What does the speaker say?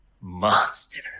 monster